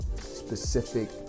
specific